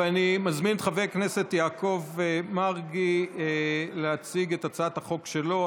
אני מזמין את חבר הכנסת יעקב מרגי להציג את הצעת החוק שלו,